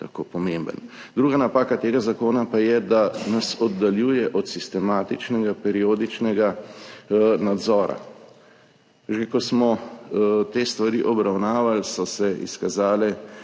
tako pomemben. Druga napaka tega zakona pa je, da nas oddaljuje od sistematičnega periodičnega nadzora. Že ko smo te stvari obravnavali, so se izkazale